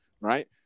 right